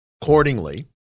Accordingly